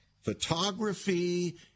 photography